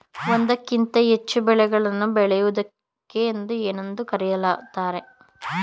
ಒಂದಕ್ಕಿಂತ ಹೆಚ್ಚು ಬೆಳೆಗಳನ್ನು ಬೆಳೆಯುವುದಕ್ಕೆ ಏನೆಂದು ಕರೆಯುತ್ತಾರೆ?